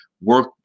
work